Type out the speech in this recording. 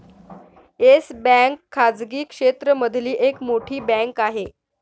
yes Bank खाजगी क्षेत्र मधली एक मोठी बँक आहे